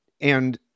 And-